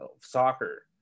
soccer